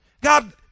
God